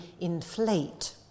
inflate